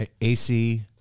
AC